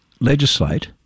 legislate